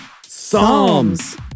Psalms